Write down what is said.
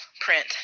print